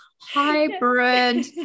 hybrid